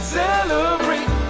celebrate